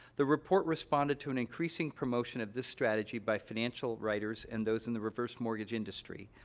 the report responded to an increasing promotion of this strategy by financial writers and those in the reverse mortgage industry,